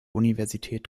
universität